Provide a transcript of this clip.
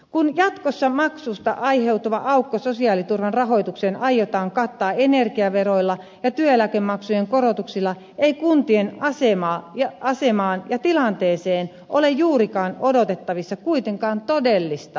kun jatkossa maksusta aiheutuva aukko sosiaaliturvan rahoitukseen aiotaan kattaa energiaveroilla ja työeläkemaksujen korotuksilla ei kuntien asemaan ja tilanteeseen ole juurikaan odotettavissa kuitenkaan todellista helpotusta